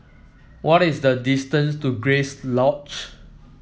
what is the distance to Grace Lodge